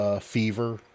Fever